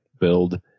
build